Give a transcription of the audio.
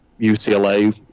UCLA